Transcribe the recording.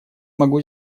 могу